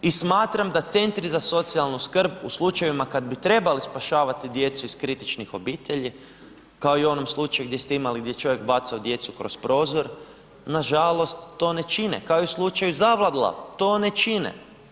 I smatram da centri za socijalnu skrb u slučajevima kad bi trebali spašavati djecu iz kritičnih obitelji, kao i u onom slučaju gdje ste imali gdje je čovjek bacao djecu kroz prozor, nažalost to ne čine, kao i u slučaju Zavadlav, to ne čine.